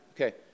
Okay